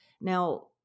Now